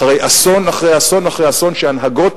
אחרי אסון אחרי אסון אחרי אסון שהנהגות